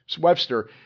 Webster